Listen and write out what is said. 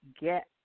get